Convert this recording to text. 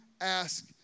ask